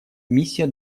миссия